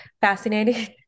fascinating